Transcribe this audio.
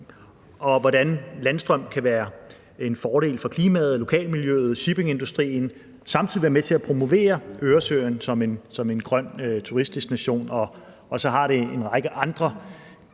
og hvordan landstrøm kan være en fordel for klimaet og lokalmiljøet og shippingindustrien og samtidig være med til at promovere Østersøen som en grøn turistdestination. Og så har det en række andre